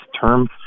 term